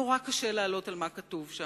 נורא קשה לעלות על מה שכתוב שם,